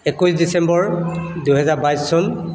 একৈছ ডিচেম্বৰ দুহেজাৰ বাইছ চন